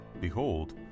behold